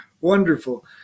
Wonderful